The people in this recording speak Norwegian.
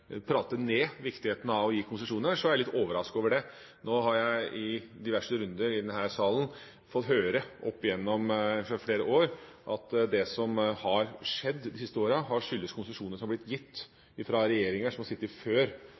prate ned viktigheten av å gi konsesjoner, er jeg litt overrasket. Nå har jeg i diverse runder i denne salen opp gjennom flere år fått høre at det som har skjedd de siste åra, har skyldtes konsesjoner som har blitt gitt fra regjeringer som har sittet før